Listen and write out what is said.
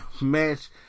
match